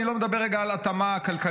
אני לא מדבר רגע על התאמה כלכלית,